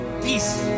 peace